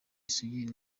isugi